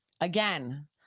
Again